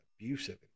abusive